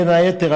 בין היתר,